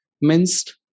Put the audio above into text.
minced